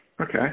Okay